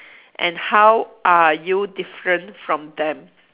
and how are you different from them